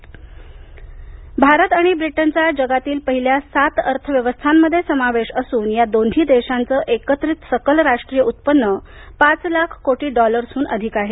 निर्मला सीतारामन भारत आणि ब्रिटनचा जगातील पहिल्या सात अर्थव्यवस्थांमध्ये समावेश असून या दोन्ही देशांचं एकत्रित सकल राष्ट्रीय उत्पन्न पाच लाख कोटी डॉलर्सहून अधिक आहे